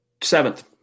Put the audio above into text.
seventh